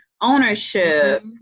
Ownership